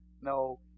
No